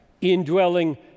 indwelling